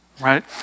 right